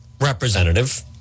representative